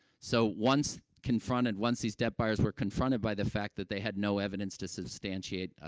so, once confronted, once these debt buyers were confronted by the fact that they had no evidence to substantiate, um,